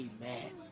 Amen